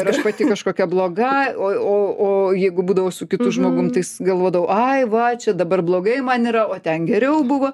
ir aš pati kažkokia bloga o o o jeigu būdavau su kitu žmogum tais galvodavau ai va čia dabar blogai man yra o ten geriau buvo